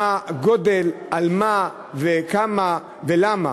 מה הגודל, על מה וכמה ולמה.